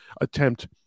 attempt